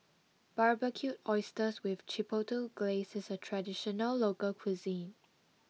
Barbecued Oysters with Chipotle Glaze is a traditional local cuisine